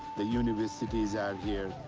the universities are here,